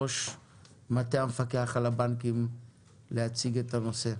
ראש מטה המפקח על הבנקים להציג את הנושא.